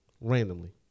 Randomly